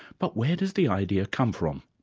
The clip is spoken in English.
but where does the idea come from?